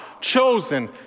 chosen